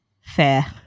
fair